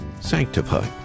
Sanctify